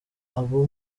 abo